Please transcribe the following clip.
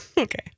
Okay